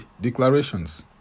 Declarations